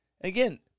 again